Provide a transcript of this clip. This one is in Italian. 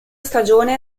stagione